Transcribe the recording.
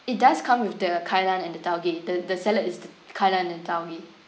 it does come with the kai lan and the taugeh the the salad is kai lan and taugeh